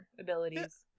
abilities